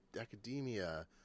academia